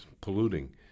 polluting